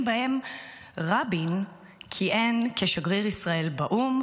בהם רבין כיהן כשגריר ישראל באו"ם.